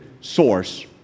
source